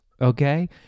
okay